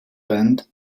bend